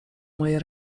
moje